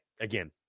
again